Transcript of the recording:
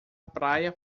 praia